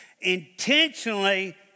Intentionally